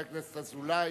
ואחריו, חבר הכנסת אזולאי,